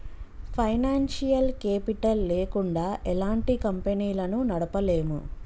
financial capital లేకుండా ఎలాంటి కంపెనీలను నడపలేము